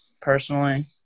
personally